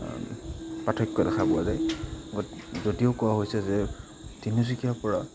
পাৰ্থক্য দেখা পোৱা যায় গতি যদিও কোৱা হৈছে যে তিনিচুকীয়াৰ পৰা